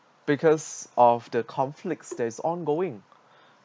because of the conflict that is ongoing